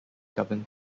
governs